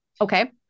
Okay